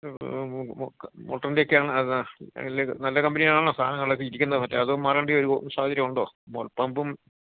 മോട്ടറിന്റെക്കെയാണ് അത് നല്ലത് നല്ല കമ്പനിയാണല്ലോ സാധനങ്ങളൊക്കെ ഇരിക്കുന്നത് മറ്റേ അതും മാറേണ്ടി വരുമോ സാഹചര്യം ഉണ്ടോ മോള് പമ്പും